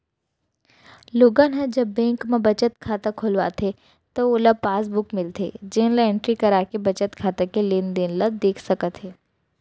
लोगन ह जब बेंक म बचत खाता खोलवाथे त ओला पासबुक मिलथे जेन ल एंटरी कराके बचत खाता के लेनदेन ल देख सकत हे